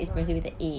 alright